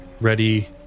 ready